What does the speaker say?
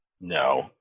no